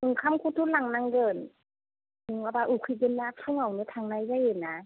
ओंखामखौथ' लांनांगोन नङाबा उखैगोन ना फुङावनो थांनाय जायोना